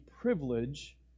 Privilege